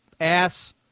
ass